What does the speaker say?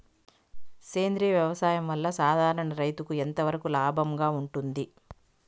సేంద్రియ వ్యవసాయం వల్ల, సాధారణ రైతుకు ఎంతవరకు లాభంగా ఉంటుంది?